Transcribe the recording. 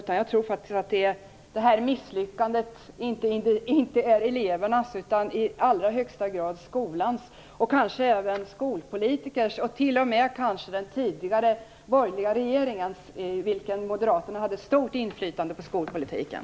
Ett sådant här misslyckande beror nog inte på eleverna utan i allra högsta grad på skolan - kanske även på skolpolitiker och t.o.m. på den tidigare borgerliga regeringen. Moderaterna hade ju i den regeringen ett stort inflytande på skolpolitiken.